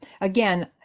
again